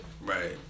right